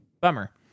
Bummer